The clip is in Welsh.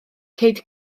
ceid